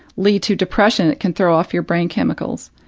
lead to depression it can throw off your brain chemicals.